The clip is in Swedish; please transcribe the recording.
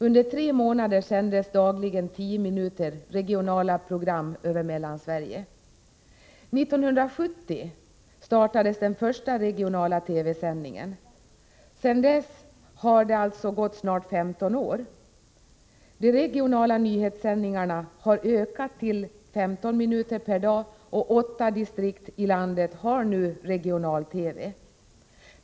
Under tre månader sändes dagligen tio minuter med regionala program över Mellansverige. 1970 startades den första regionala TV-sändningen. Sedan dess har det alltså snart gått 15 år. De regionala nyhetssändningarna har ökat till 15 minuter per dag, och åtta distrikt i landet har nu regional-TV.